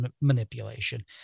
manipulation